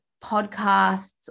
podcasts